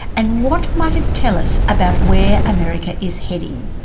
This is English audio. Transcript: and what might it tell us about where american is heading?